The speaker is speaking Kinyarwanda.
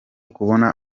kubona